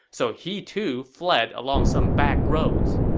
so he, too, fled along some backroads.